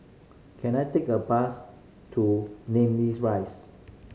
can I take a bus to Namly Rise